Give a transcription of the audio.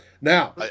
Now